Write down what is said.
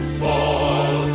fall